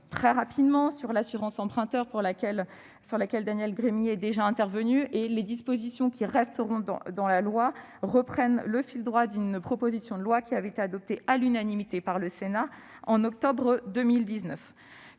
très rapidement sur l'assurance emprunteur, sur laquelle Daniel Gremillet est déjà intervenu. Les dispositions qui resteront dans la loi s'inscrivent dans le droit-fil d'une proposition de loi qui avait été adoptée à l'unanimité par le Sénat en octobre 2019.